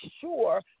sure